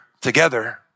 together